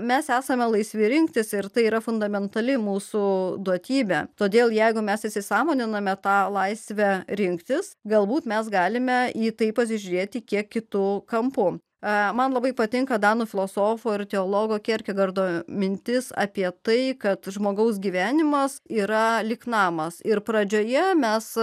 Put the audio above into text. mes esame laisvi rinktis ir tai yra fundamentali mūsų duotybė todėl jeigu mes įsisąmoniname tą laisvę rinktis galbūt mes galime jį taip pasižiūrėti kiek kitu kampu a man labai patinka danų filosofo ir teologo kierkegardo mintis apie tai kad žmogaus gyvenimas yra lyg namas ir pradžioje mes